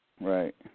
right